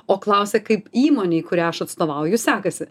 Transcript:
o klausia kaip įmonei kurią aš atstovauju sekasi